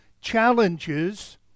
challenges